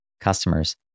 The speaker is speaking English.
customers